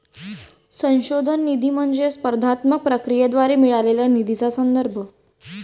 संशोधन निधी म्हणजे स्पर्धात्मक प्रक्रियेद्वारे मिळालेल्या निधीचा संदर्भ